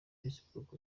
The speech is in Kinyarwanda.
facebook